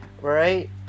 right